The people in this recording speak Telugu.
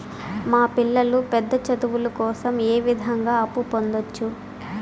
మా పిల్లలు పెద్ద చదువులు కోసం ఏ విధంగా అప్పు పొందొచ్చు?